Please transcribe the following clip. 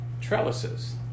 trellises